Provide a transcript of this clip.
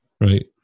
Right